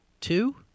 Two